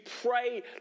pray